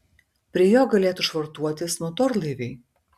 prie jo galėtų švartuotis motorlaiviai